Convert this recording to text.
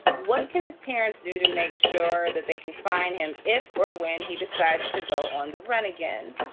what can his parents do to make sure that they can find him? if or when he decides to go on the run again?